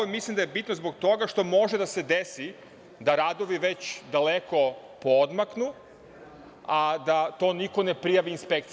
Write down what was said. Mislim da je bitno zbog toga što može da se desi da radovi već daleko poodmaknu, a da to niko ne prijavi inspekciji.